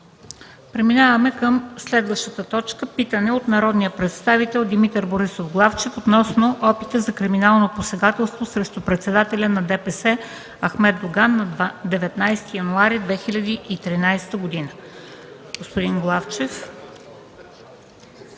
Преминаваме към питане от народния представител Димитър Борисов Главчев относно опита за криминално посегателство срещу председателя на ДПС Ахмед Доган на 19 януари 2013 г. ДИМИТЪР ГЛАВЧЕВ